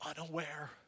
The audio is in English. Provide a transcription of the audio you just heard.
unaware